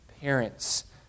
parents